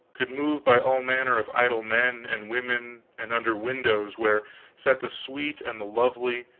could move by all manner of idle men and women, and under windows where sat the sweet and the lovely,